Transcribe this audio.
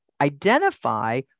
identify